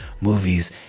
movies